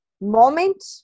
moment